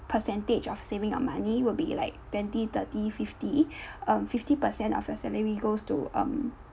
percentage of saving our money will be like twenty thirty fifty um fifty percent of your salary goes to um